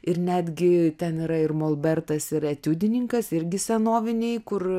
ir netgi ten yra ir molbertas ir etiudininkas irgi senoviniai kur